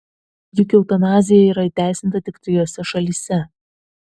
juk eutanazija yra įteisinta tik trijose šalyse